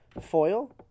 Foil